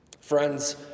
Friends